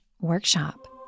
workshop